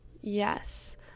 yes